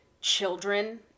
children